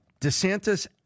DeSantis